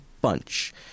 bunch